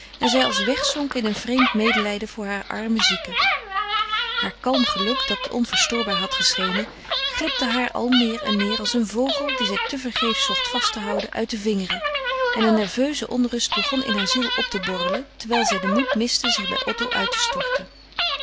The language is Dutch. en zij als wegzonk in een vreemd medelijden voor haar armen zieke haar kalm geluk dat onverstoorbaar had geschenen glipte haar al meer en meer als een vogel dien zij tevergeefs zocht vast te houden uit de vingeren en een nerveuze onrust begon in haar ziel op te borrelen terwijl zij den moed miste zich bij otto uit te storten